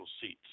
seats